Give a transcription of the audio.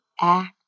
act